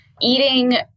eating